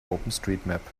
openstreetmap